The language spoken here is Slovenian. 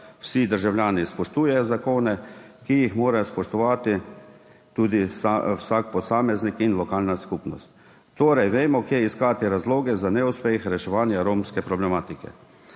vsi državljani spoštujejo zakone, ki jih mora spoštovati tudi vsak posameznik in lokalna skupnost. Torej vemo, kje iskati razloge za neuspeh reševanja romske problematike.